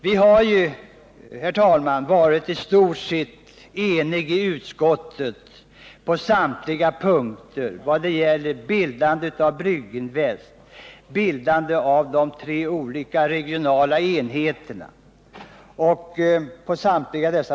Vi har, herr talman, i utskottet varit i stort sett eniga på samtliga punkter, både när det gäller bildandet av Brygginvest och bildandet av de tre olika regionala enheterna. Vi har kommit överens om att förhandlingar skall tas upp med KF för att möjliggöra dess medverkan i denna strukturförändring.